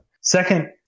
Second